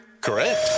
Correct